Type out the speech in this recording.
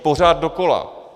Pořád dokola.